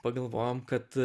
pagalvojom kad